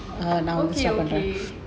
okay okay